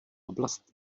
oblast